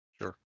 Sure